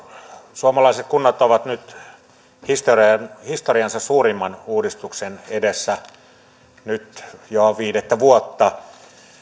suomalaiset kunnat ovat nyt historiansa suurimman uudistuksen edessä jo viidettä vuotta